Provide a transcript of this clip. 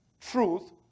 truth